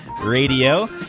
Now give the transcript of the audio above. Radio